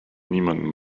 niemandem